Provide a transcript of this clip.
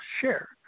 share